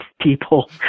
people